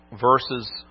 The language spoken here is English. verses